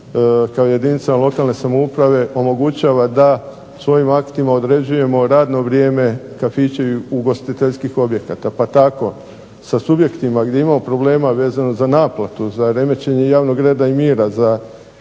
kao jedinicama lokalne samouprave omogućava da svojim aktima određujemo radno vrijeme kafića i ugostiteljskih objekata. Pa tako sa subjektima gdje imamo problema vezano za naplatu, za remećenje javnog reda i mira, za